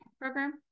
program